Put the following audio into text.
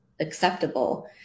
acceptable